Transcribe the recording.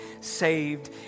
saved